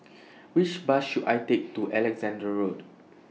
Which Bus should I Take to Alexandra Road